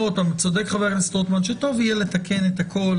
צודק חבר הכנסת רוטמן שטוב יהיה לתקן את הכול.